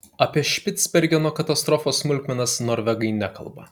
apie špicbergeno katastrofos smulkmenas norvegai nekalba